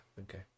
okay